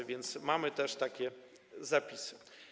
A więc mamy też takie zapisy.